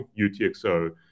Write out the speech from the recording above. UTXO